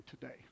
today